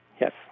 Yes